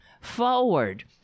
forward